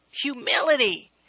Humility